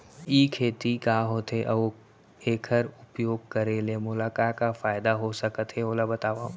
ई खेती का होथे, अऊ एखर उपयोग करे ले मोला का का फायदा हो सकत हे ओला बतावव?